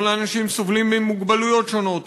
ולא לאנשים שסובלים ממוגבלויות שונות,